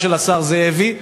הגברת חברת הכנסת תמר זנדברג.